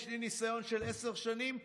יש לי ניסיון של עשר שנים פה,